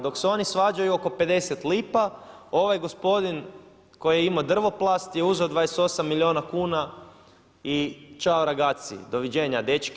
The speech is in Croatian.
Dok se oni svađaju oko 50 lipa ovaj gospodin koji je imao drvoplast je uzeo 28 milijuna kuna i ciao ragazzi, doviđenja dečki.